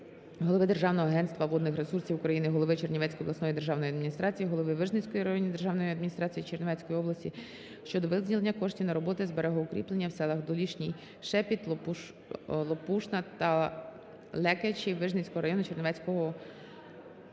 голови Державного агентства водних ресурсів України, голови Чернівецької обласної державної адміністрації, голови Вижницької районної державної адміністрації Чернівецької області щодо виділення коштів на роботи з берегоукріплення в селах Долішній Шепіт, Лопушна та Лекечі Вижницького району Чернівецької області.